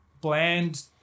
bland